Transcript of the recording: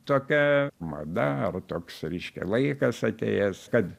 tokia mada ar toks reiškia laikas atėjęs kad